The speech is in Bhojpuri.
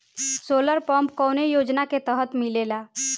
सोलर पम्प कौने योजना के तहत मिलेला?